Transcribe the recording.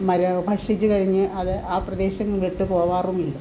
മര ഭക്ഷിച്ചു കഴിഞ്ഞ് അത് ആ പ്രദേശം വിട്ടു പോകാറുമില്ല